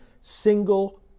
single